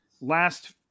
last